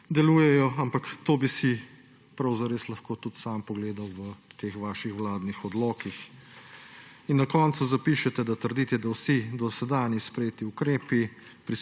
delujejo. Ampak to bi si prav zares lahko tudi sam pogledal v teh vaših vladnih odlokih. In na koncu zapišete, da trdite, da vsi dosedanji sprejeti ukrepi